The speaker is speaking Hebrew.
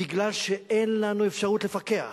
בגלל שאין לנו אפשרות לפקח,